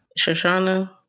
shoshana